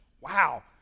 wow